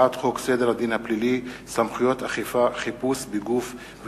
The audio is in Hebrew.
אין לבדואים חזקה על שום דבר במיליון הדונם שהם תובעים,